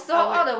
I would